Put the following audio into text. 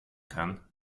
kann